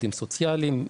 עובדים סוציאליים,